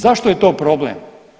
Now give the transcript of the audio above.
Zašto je to problem?